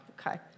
Okay